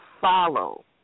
follow